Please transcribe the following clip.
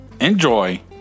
Enjoy